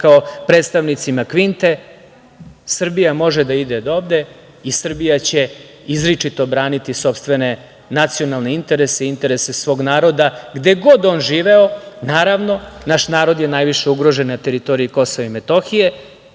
rekao predstavnicima Kvinte – Srbija može da ide dovde i Srbija će izričito braniti sopstvene nacionalne interese i interese svog naroda gde god on živeo. Naravno, naš narod je najviše ugrožen na teritoriji KiM. Ne